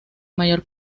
mayor